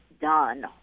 done